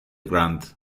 grant